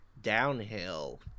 Downhill